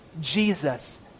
Jesus